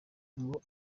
ngo